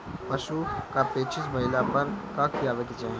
पशु क पेचिश भईला पर का खियावे के चाहीं?